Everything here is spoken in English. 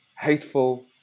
hateful